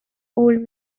old